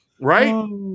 right